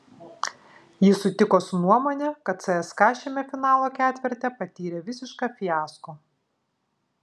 jis sutiko su nuomone kad cska šiame finalo ketverte patyrė visišką fiasko